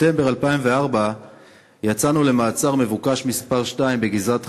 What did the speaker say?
בספטמבר 2004 יצאנו למעצר מבוקש מס' 2 בגזרת חברון,